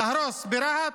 להרוס, ברהט,